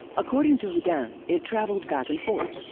according to houdin, it travelled back and forth.